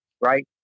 right